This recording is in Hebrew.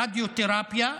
רדיו-תרפיה,